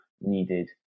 needed